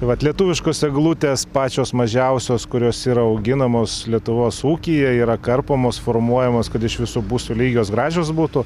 tai vat lietuviškos eglutės pačios mažiausios kurios yra auginamos lietuvos ūkyje yra karpomos formuojamos kad iš visų pusių lygios gražios būtų